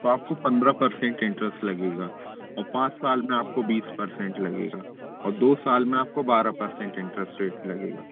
तो आपको पन्द्रह परसेंट इंटरस्ट लगेगा और पाँच साल में आपको बीस परसेंट लगेगा और दो साल में आपको बारा परसेंट इंटरस्ट रेट लगेगा